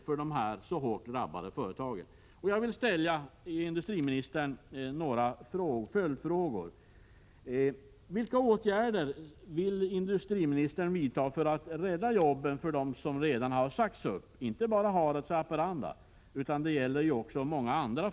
Jag vill ställa följande följdfrågor till industriministern: Vilka åtgärder vill industriministern vidta för att rädda jobben för dem som redan sagts upp, inte bara i Harads och Haparanda?